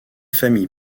famille